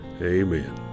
amen